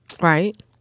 right